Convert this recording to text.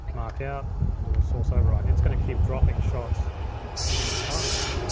mark out, and do a source override. and it's gonna keep dropping shots into the timeline.